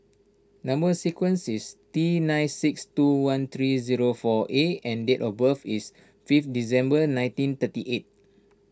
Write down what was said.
Number Sequence is T nine six two one three zero four A and date of birth is fifth December nineteen thirty eight